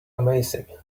amazing